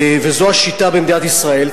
וזו השיטה במדינת ישראל,